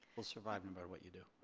we'll survive no matter what you do.